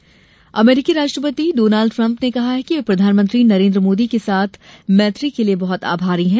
Trump Bharat अमरीकी राष्ट्रपति Donald Trump ने कहा है कि वे प्रधानमंत्री नरेन्द्र मोदी के साथ मैत्री के लिए बहुत आभारी हैं